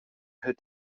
hält